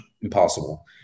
impossible